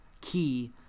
key